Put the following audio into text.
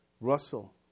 Russell